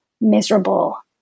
miserable